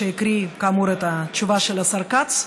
שהקריא כאמור את התשובה של השר כץ.